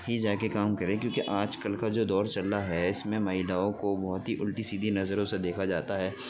ہی میں جا کے کام کرے کیونکہ آج کل کا جو دور چل رہا ہے اس میں مہیلاؤں کو بہت ہی الٹی سیدھی نظروں سے دیکھا جاتا ہے